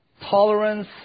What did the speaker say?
Tolerance